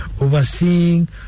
overseeing